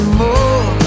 more